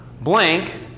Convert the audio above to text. blank